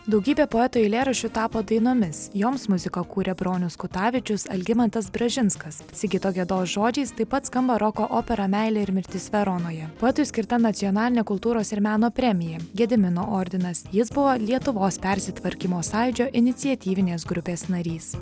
daugybė poetų eilėraščių tapo dainomis joms muziką kūrė bronius kutavičius algimantas bražinskas sigito gedos žodžiais taip pat skamba roko opera meilė ir mirtis veronoje poetui skirta nacionalinė kultūros ir meno premija gedimino ordinas jis buvo lietuvos persitvarkymo sąjūdžio iniciatyvinės grupės narys